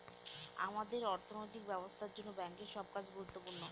আমাদের অর্থনৈতিক ব্যবস্থার জন্য ব্যাঙ্কের সব কাজ গুরুত্বপূর্ণ